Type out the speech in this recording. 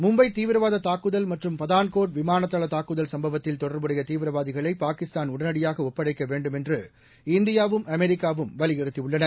மும்பை தீவிரவாத தாக்குதல் மற்றும் பதான்கோட் விமான தள தாக்குதல் சும்பவத்தில் தொடர்புடைய தீவிரவாதிகளை பாகிஸ்தான் உடனடியாக ஒப்படைக்க வேண்டும் என்று இந்தியாவும் அமெரிக்காவும் வலியுறுத்தியுள்ளன